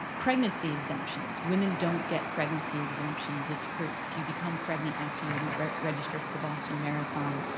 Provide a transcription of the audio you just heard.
pregnancy exemptions. women don't get pregnancy exemptions if you if you become pregnant. after you register for the boston marathon,